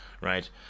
right